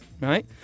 Right